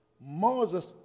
Moses